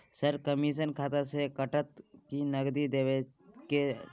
Sir, commission खाता से कटत कि नगद देबै के अएछ?